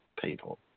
people